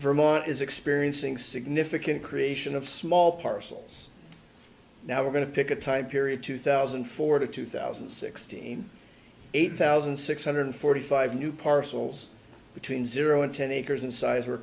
vermont is experiencing significant creation of small parcels now we're going to pick a type period two thousand and four to two thousand and sixteen eight thousand six hundred forty five new parcels between zero and ten acres in size were